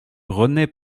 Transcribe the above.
rené